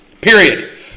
Period